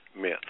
myth